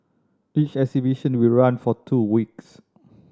each exhibition will run for two weeks